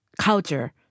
culture